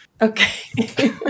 Okay